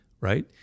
right